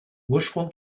ursprung